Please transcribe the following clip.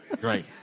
Great